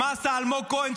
מה עשה אלמוג כהן,